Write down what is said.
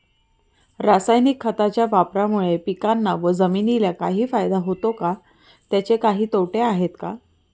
रासायनिक खताच्या वापरामुळे पिकांना व जमिनीला काही फायदा होतो का? त्याचे काही तोटे आहेत का?